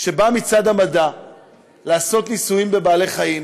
שבא מצד המדע לעשות ניסויים בבעלי-חיים,